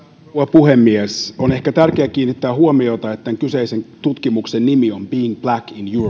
puhemies on ehkä tärkeää kiinnittää huomiota että tämän kyseisen tutkimuksen nimi on being black in the eu